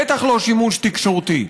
בטח לא שימוש תקשורתי.